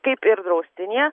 kaip ir draustinyje